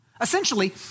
Essentially